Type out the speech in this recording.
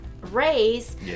race